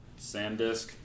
Sandisk